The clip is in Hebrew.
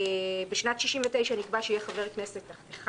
בשנת 1969 נקבע שיהיה חבר כנסת אחד.